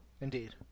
Indeed